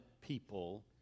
people